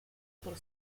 por